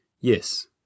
yes